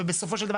ובסופו של דבר,